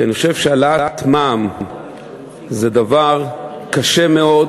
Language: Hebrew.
כי אני חושב שהעלאת מע"מ זה דבר קשה מאוד,